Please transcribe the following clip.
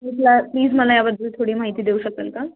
please मला याबद्दल थोडी माहिती देऊ शकाल का